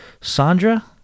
Sandra